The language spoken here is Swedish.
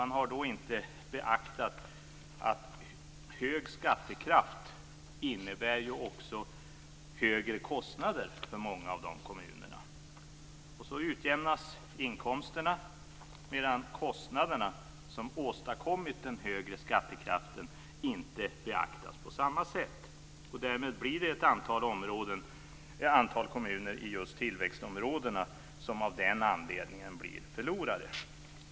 Då har man inte beaktat att hög skattekraft också innebär högre kostnader för många av de kommunerna. Inkomsterna utjämnas medan kostnaderna, som åstadkommit den högre skattekraften, inte beaktas på samma sätt. Av den anledningen blir ett antal kommuner i tillväxtområdena förlorare.